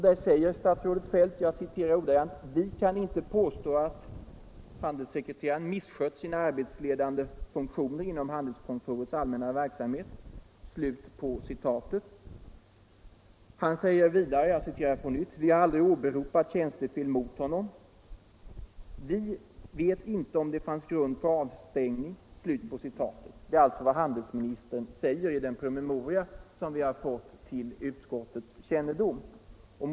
Där säger statsrådet Feldt: ”Vi kan inte påstå att handelssekreteraren misskött sina Skadestånd till en arbetsledande funktioner inom handelskontorets allmänna verksamhet.” — f.d. handelssekre Han säger vidare: ”Vi har aldrig åberopat tjänstefel mot honom. Vet terare inte om det fanns grund för avstängning.” Det är alltså vad handelsministern säger i den promemoria som utskottet fått ta del av.